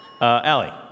Allie